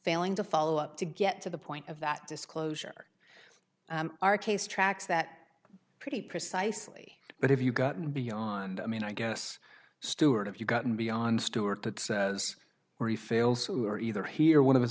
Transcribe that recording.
failing to follow up to get to the point of that disclosure our case tracks that pretty precisely but if you got beyond i mean i guess stuart if you've gotten beyond stuart that says where he fails who are either here or one of his